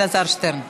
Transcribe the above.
למה רק, בבקשה,